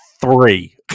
three